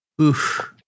Oof